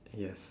yes